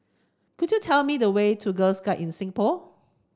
could you tell me the way to Girl Guides Singapore